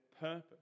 purpose